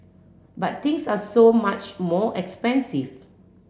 but things are so much more expensive